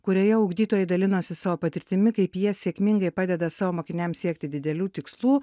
kurioje ugdytojai dalinosi savo patirtimi kaip jie sėkmingai padeda savo mokiniams siekti didelių tikslų